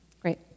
Great